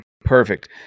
perfect